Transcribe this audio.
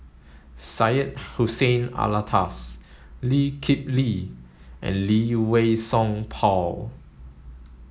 Syed Hussein Alatas Lee Kip Lee and Lee Wei Song Paul